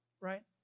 right